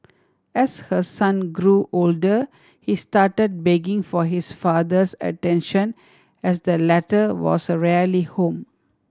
as her son grew older he started begging for his father's attention as the latter was rarely home